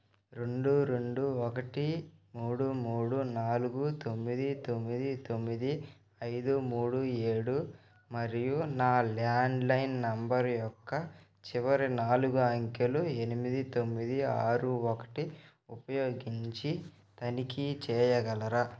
రెండు రెండు ఒకటి మూడు మూడు నాలుగు తొమ్మిది తొమ్మిది తొమ్మిది ఐదు మూడు ఏడు మరియు నా ల్యాండ్లైన్ నెంబర్ యొక్క చివరి నాలుగు అంకెలు ఎనిమిది తొమ్మిది ఆరు ఒకటి ఉపయోగించి తనిఖీ చేయగలరా